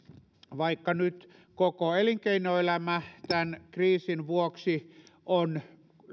vaikka nyt koko elinkeinoelämä tämän kriisin vuoksi on